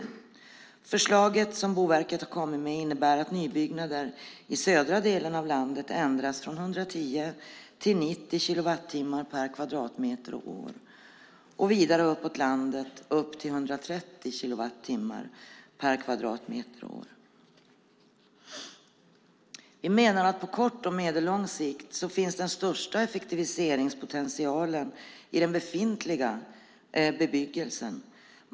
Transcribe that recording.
Men förslaget som Boverket har kommit med innebär att reglerna för nybyggnader i södra delen av landet ändras från 110 till 90 kilowattimmar per kvadratmeter och år och vidare uppåt i landet till upp till 130 kilowattimmar per kvadratmeter och år. Vi menar att den största effektiviseringspotentialen på kort och medellång sikt finns i den befintliga bebyggelsen.